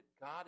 God